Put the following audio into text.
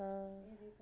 हां